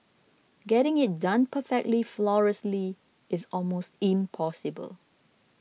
getting it done perfectly flawlessly is almost impossible